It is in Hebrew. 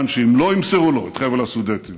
שאם לא ימסרו לו את חבל הסודטים